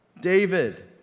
David